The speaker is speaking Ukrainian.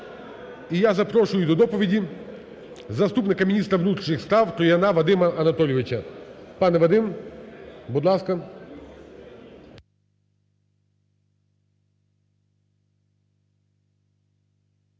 І я запрошую до доповіді заступника міністра внутрішніх справ Трояна Вадима Анатолійовича. Пане Вадим, будь ласка.